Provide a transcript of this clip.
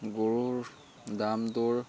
গৰুৰ দামটোৰ